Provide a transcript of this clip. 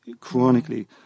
chronically